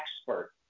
expert